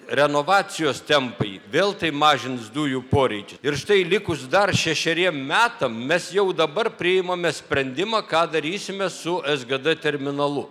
renovacijos tempai vėl tai mažins dujų poreikį ir štai likus dar šešeriem metam mes jau dabar priimame sprendimą ką darysime su sgd terminalu